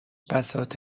بساط